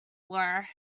were